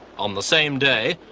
on the same day,